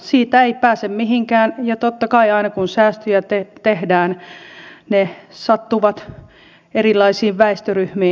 siitä ei pääse mihinkään ja totta kai aina kun säästöjä tehdään ne sattuvat erilaisiin väestöryhmiin